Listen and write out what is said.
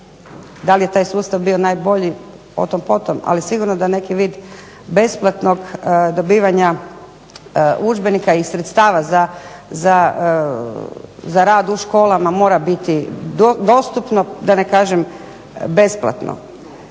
Da li je taj sustav bio najbolji? O tom po tom, ali sigurno da neki vid besplatnog dobivanja udžbenika i sredstava za rad u školama mora biti dostupno da ne kažem besplatno.